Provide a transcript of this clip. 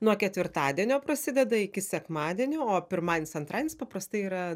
nuo ketvirtadienio prasideda iki sekmadienio o pirmadienis antradienis paprastai yra